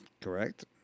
Correct